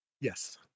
Yes